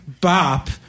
bop